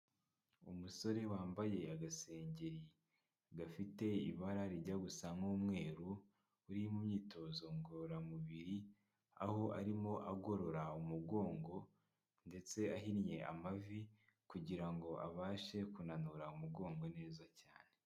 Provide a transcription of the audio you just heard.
Umusore wambaye agasengeri gafite ibara rijya gusa nk'umweru, uri mu myitozo ngororamubiri, aho arimo agorora umugongo ndetse ahinnye amavi kugira ngo abashe kunanura umugongo neza cyane.